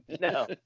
No